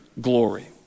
glory